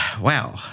wow